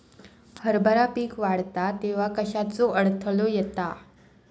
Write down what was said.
हरभरा पीक वाढता तेव्हा कश्याचो अडथलो येता?